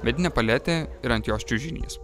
medinę paletę ir ant jos čiužinys